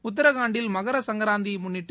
உத்தராகண்டில் மகர சங்கராந்தியை முன்னிட்டு